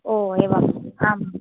ओ एवम् आम्